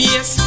Yes